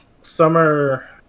summer